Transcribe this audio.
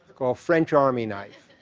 called french army knife.